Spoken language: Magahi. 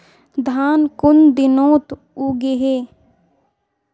धान कुन दिनोत उगैहे